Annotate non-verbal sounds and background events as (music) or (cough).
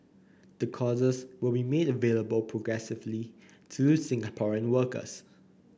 the courses will be made available (noise) progressively to Singaporean workers